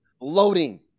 loading